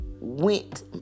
went